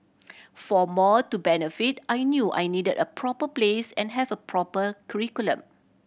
for more to benefit I knew I needed a proper place and have a proper curriculum